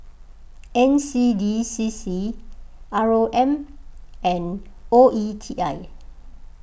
N C D C C R O M and O E T I